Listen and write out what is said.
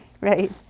Right